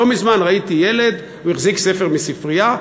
לא מזמן ראיתי ילד, הוא החזיק ספר מספרייה.